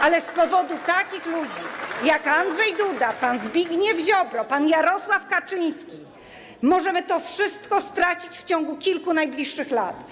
Ale z powodu takich ludzi, jak Andrzej Duda, pan Zbigniew Ziobro, pan Jarosław Kaczyński, możemy to wszystko stracić w ciągu kilku najbliższych lat.